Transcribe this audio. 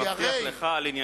אני מבטיח ענייניות.